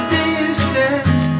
distance